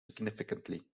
significantly